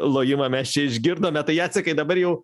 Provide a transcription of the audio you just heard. lojimą mes čia išgirdome tai jacekai dabar jau